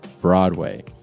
Broadway